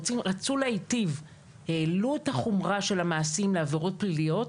רצו להיטיב; העלו את החומרה של המעשים לעבירות פליליות,